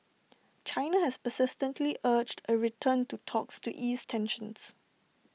China has persistently urged A return to talks to ease tensions